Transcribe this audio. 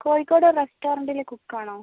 കോഴിക്കോട് റസ്റ്റോറൻറ്റിലെ കുക്ക് ആണോ